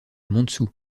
montsou